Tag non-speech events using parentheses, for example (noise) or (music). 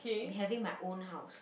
(noise) having my own house